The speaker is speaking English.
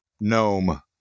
gnome